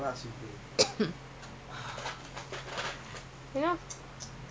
three hundred fine gone